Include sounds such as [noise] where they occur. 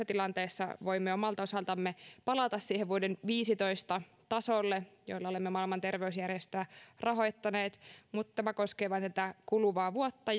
[unintelligible] tilanteessa voimme omalta osaltamme palata siihen vuoden viisitoista tasolle jolla olemme maailman terveysjärjestöä rahoittaneet mutta tämä koskee vain tätä kuluvaa vuotta [unintelligible]